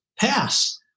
pass